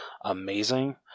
amazing